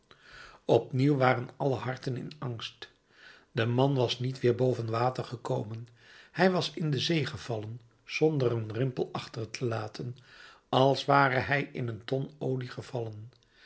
opnieuw waren alle harten in angst de man was niet weer boven water gekomen hij was in de zee gevallen zonder een rimpel achter te laten als ware hij in een ton olie gevallen